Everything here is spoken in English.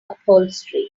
upholstery